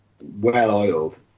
well-oiled